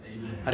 Amen